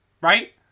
right